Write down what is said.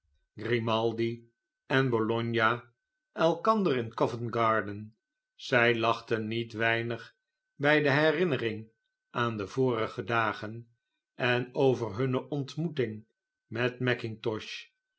weder en bologna elkander in covent g arden zij lachten niet weinig bij de herinnering aan de vorige dagen en over hunne ontmoetingen met